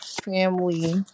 family